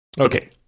Okay